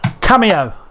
Cameo